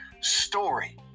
story